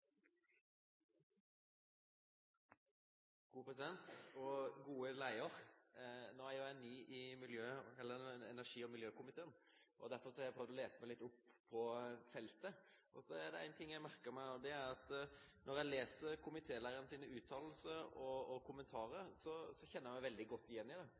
ny i energi- og miljøkomiteen, derfor har jeg prøvd å lese meg litt opp på feltet. Det er en ting jeg merker meg, og det er at når jeg leser komitélederens uttalelse og kommentarer, kjenner jeg meg veldig godt igjen i det.